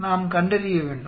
நாம் கண்டறிய வேண்டும்